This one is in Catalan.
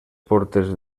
portes